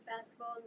Basketball